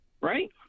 right